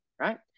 right